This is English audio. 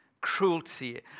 cruelty